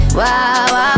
wow